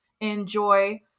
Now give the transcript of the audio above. Enjoy